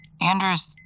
Andrew's